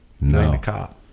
No